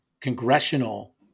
Congressional